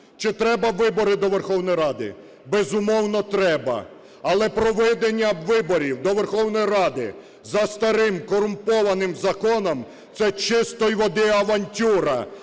Чи треба вибори до Верховної Ради? Безумовно, треба, але проведення виборів до Верховної Ради за старим корумпованим законом – це чистої води авантюра,